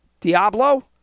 Diablo